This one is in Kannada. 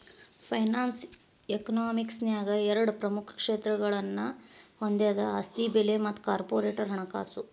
ಫೈನಾನ್ಸ್ ಯಕನಾಮಿಕ್ಸ ನ್ಯಾಗ ಎರಡ ಪ್ರಮುಖ ಕ್ಷೇತ್ರಗಳನ್ನ ಹೊಂದೆದ ಆಸ್ತಿ ಬೆಲೆ ಮತ್ತ ಕಾರ್ಪೊರೇಟ್ ಹಣಕಾಸು